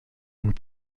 une